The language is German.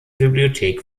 bibliothek